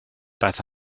daeth